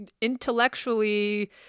intellectually